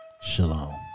shalom